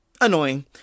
annoying